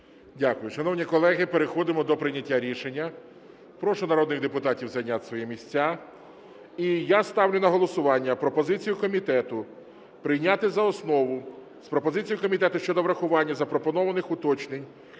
Дякую. Шановні колеги, переходимо до прийняття рішення. Прошу народних депутатів зайняти свої місця. І я ставлю на голосування пропозицію комітету прийняти за основу з пропозицією комітету щодо врахування запропонованих уточнень